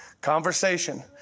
Conversation